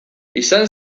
izan